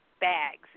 bags